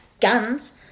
guns